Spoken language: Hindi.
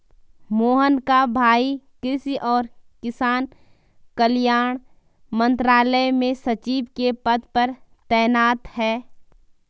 मोहन का भाई कृषि और किसान कल्याण मंत्रालय में सचिव के पद पर तैनात है